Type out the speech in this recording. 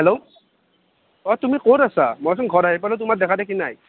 hello অঁ তুমি ক'ত আছা মইচোন ঘৰ আহি পালোঁ তোমাৰচোন দেখা দেখি নাই